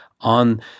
on